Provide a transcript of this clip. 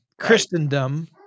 Christendom